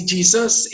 Jesus